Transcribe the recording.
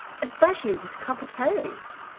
especially with copper toes?